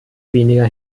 weniger